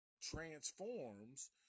transforms